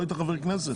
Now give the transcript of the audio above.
לא היית חבר כנסת?